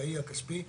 הבנקאי הכספי צובר,